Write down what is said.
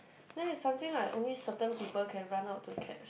then is something like only certain people can run out to catch